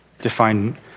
define